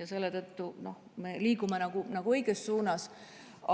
Seetõttu me liigume nagu õiges suunas.